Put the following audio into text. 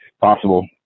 possible